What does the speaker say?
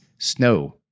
snow